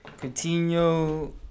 Coutinho